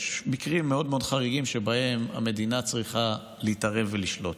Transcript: יש מקרים מאוד מאוד חריגים שבהם המדינה צריכה להתערב ולשלוט,